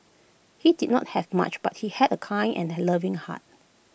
he did not have much but he had A kind and he loving heart